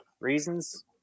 reasons